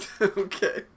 Okay